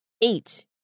eight